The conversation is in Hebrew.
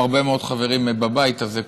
עם הרבה מאוד חברים בבית הזה,